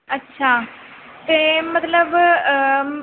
ਅੱਛਾ ਅਤੇ ਮਤਲਬ